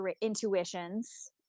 intuitions